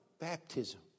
baptism